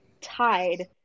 tied